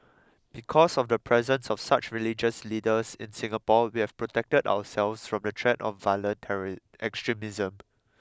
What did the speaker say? because of the presence of such religious leaders in Singapore we have protected ourselves from the threat of violent terry extremism